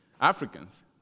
Africans